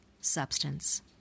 substance